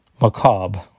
macabre